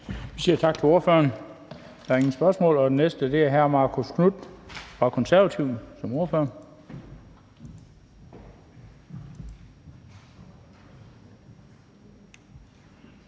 Vi siger tak til ordføreren. Der er ingen spørgsmål. Og den næste er fru Eva Flyvholm, Enhedslisten, som ordfører.